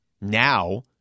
now